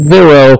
Zero